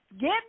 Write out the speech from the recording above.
get